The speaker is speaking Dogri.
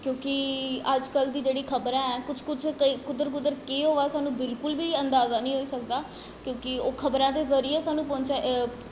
क्योंकि अजकल्ल दी जेह्ड़ी खबरां न कुछ कुछ कुद्धर कुद्धर केह् होआ दा सानूं बिल्कुल बी अंदाजा नेईं होई सकदा क्योंकि ओह् खबरां दे जरिये सानूं